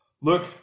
Look